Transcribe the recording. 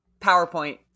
PowerPoint